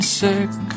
sick